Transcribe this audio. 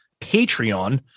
Patreon